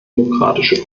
demokratische